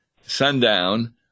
sundown